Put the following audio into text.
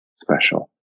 special